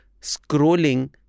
scrolling